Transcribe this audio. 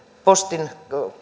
postin